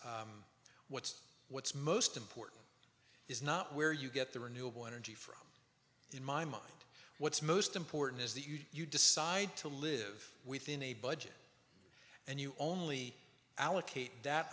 what's what's most important is not where you get the renewable energy from in my mind what's most important is that you decide to live within a budget and you only allocate that